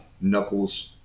knuckles